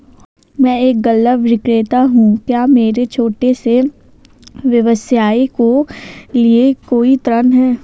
मैं एक गल्ला विक्रेता हूँ क्या मेरे छोटे से व्यवसाय के लिए कोई ऋण है?